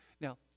Now